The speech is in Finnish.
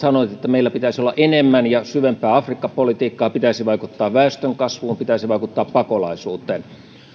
sanoneet että meillä pitäisi olla enemmän ja syvempää afrikka politiikkaa pitäisi vaikuttaa väestönkasvuun pitäisi vaikuttaa pakolaisuuteen